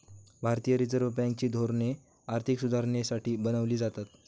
भारतीय reserve bank ची धोरणे आर्थिक सुधारणेसाठी बनवली जातात